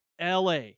LA